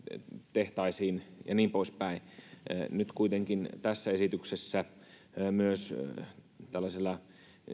tehtaisiin ja niin poispäin nyt kuitenkin tässä esityksessä myös tällaisilla